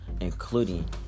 including